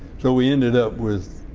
so we ended up with